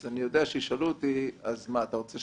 אני יודע שישאלו אותי - מה אתה רוצה,